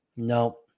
No